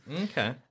Okay